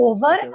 Over